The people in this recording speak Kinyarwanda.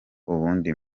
ubundi